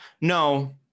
No